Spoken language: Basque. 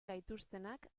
gaituztenak